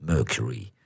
Mercury